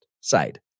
side